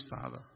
father